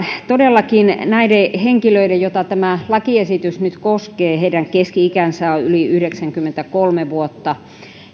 todellakin näiden henkilöiden joita tämä lakiesitys nyt koskee keski ikä on yli yhdeksänkymmentäkolme vuotta